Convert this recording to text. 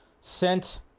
sent